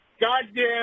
goddamn